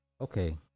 okay